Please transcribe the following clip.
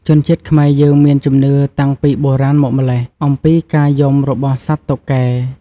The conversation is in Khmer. ជនជាតិខ្មែរយើងមានជំនឿតាំងពីបុរាណមកម្ល៉េះ អំពីការយំរបស់សត្វតុកែ។